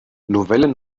novellen